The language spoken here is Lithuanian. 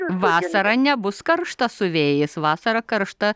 vasara nebus karšta su vėjais vasara karšta